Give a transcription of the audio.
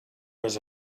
was